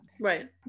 right